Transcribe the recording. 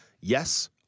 yes